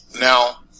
Now